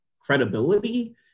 credibility